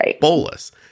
bolus